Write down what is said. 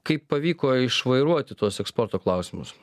kaip pavyko išvairuoti tuos eksporto klausimus